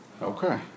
okay